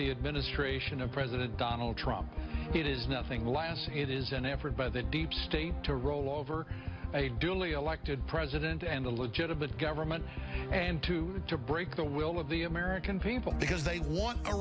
the administration of president donald trump it is nothing last it is an effort by the deep state to roll over a duly elected president and a legitimate government and to to break the will of the american people because they want a